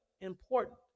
Important